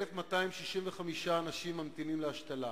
1,265 אנשים ממתינים להשתלה: